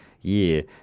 year